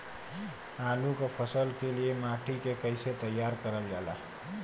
आलू क फसल के लिए माटी के कैसे तैयार करल जाला?